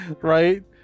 Right